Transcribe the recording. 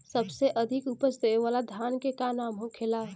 सबसे अधिक उपज देवे वाला धान के का नाम होखे ला?